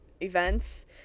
events